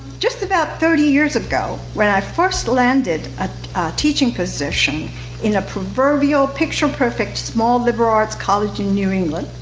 just about thirty years ago, when i first landed a teaching position in a proverbial picture-perfect small liberal arts college in new england,